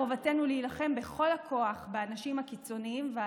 חובתנו להילחם בכל הכוח באנשים הקיצוניים והאלימים.